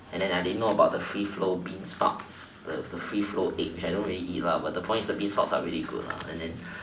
and I didn't know about the free flow beans sprout the the free flow is I don't really eat lah but the point is the bean sprouts are very good lah and then